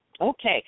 Okay